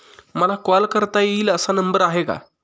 मला कॉल करता येईल असा नंबर आहे का?